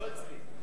לא אצלי.